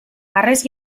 harrez